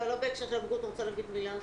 לא בהקשר של הבגרות, אני רוצה להגיד מילה.